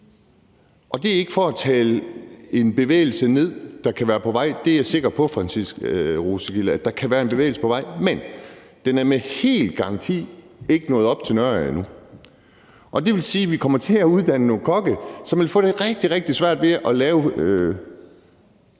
Og det er ikke for at tale en bevægelse, der kan være på vej, ned. Jeg er sikker på, Franciska Rosenkilde, at der kan være en bevægelse på vej, men den er med garanti ikke nået op til Nørreager endnu, og det vil sige, at vi kommer til at uddanne nogle kokke, som vil få rigtig, rigtig svært ved at lave